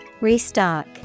Restock